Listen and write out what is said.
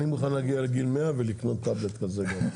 אני מוכל להגיע לגיל 100 ולקנות טאבלט כזה.